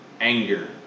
anger